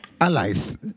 Allies